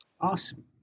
Awesome